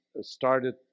Started